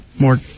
more